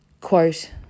Quote